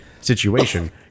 situation